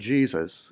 Jesus